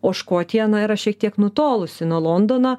o škotija na yra šiek tiek nutolusi nuo londono